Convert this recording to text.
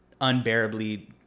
unbearably